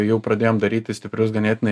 jau pradėjom daryti stiprius ganėtinai